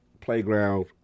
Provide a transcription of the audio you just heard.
Playground